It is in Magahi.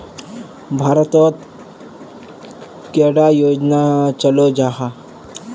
भारत तोत कैडा योजना चलो जाहा?